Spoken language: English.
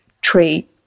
tree